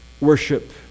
worship